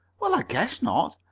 well, i guess not!